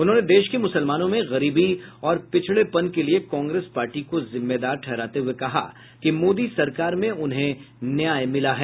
उन्होंने देश के मुसलमानों में गरीबी और पिछड़ेपन के लिए कांग्रेस पार्टी को जिम्मेदार ठहराते हुए कहा कि मोदी सरकार में उन्हें न्याय मिला है